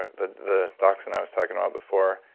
ah the the dachshund i was talking about before,